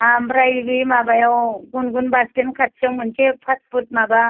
ओमफ्राय बे माबायाव गुन गुन बास स्टेन्द खाथियाव मोनसे फास्त फुद माबा